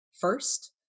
first